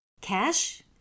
Cash